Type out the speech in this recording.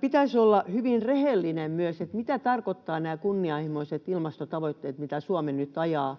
Pitäisi olla hyvin rehellinen myös, mitä tarkoittavat nämä kunnianhimoiset ilmastotavoitteet, mitä Suomi nyt ajaa.